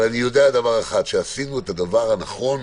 אבל אני יודע דבר אחד: שעשינו את הדבר הנכון